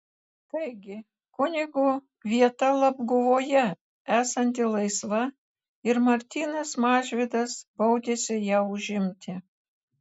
taigi kunigo vieta labguvoje esanti laisva ir martynas mažvydas baudėsi ją užimti